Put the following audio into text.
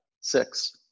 six